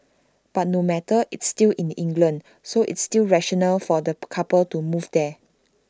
but no matter it's still in England so it's still rational for the couple to move there